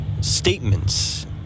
statements